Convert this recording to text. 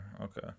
okay